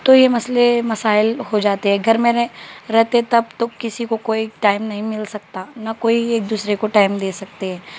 تو یہ مسئلے مسائل ہو جاتے ہیں گھر میں رے رہتے تب تو کسی کو ٹائم نہیں مل سکتا نہ کوئی ایک دوسرے کو ٹائم دے سکتے